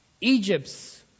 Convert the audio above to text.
Egypt's